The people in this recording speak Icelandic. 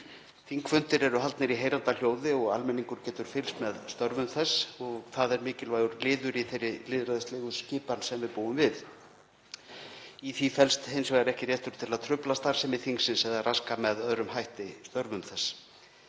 Þingfundir eru haldnir í heyranda hljóði og almenningur getur fylgst með störfum þess og það er mikilvægur liður í þeirri lýðræðislegu skipan sem við búum við. Í því felst hins vegar ekki réttur til að trufla starfsemi þingsins eða raska með öðrum hætti störfum þess.